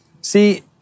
See